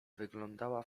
wyglądała